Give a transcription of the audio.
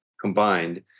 combined